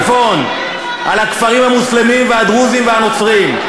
על הכפרים המוסלמיים והדרוזיים והנוצריים.